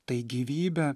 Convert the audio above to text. tai gyvybė